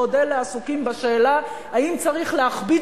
בעוד אלה עסוקים בשאלה האם צריך להכביד